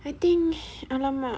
I think !alamak!